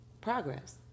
progress